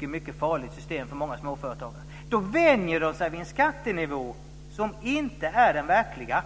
mycket farligt system för många småföretagare. Då vänjer de sig vid en skattenivå som inte är den verkliga.